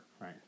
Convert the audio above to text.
Right